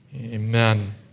Amen